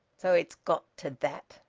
so it's got to that!